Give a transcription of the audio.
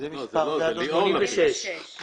אני